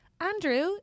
andrew